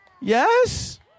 Yes